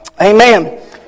Amen